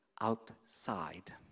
outside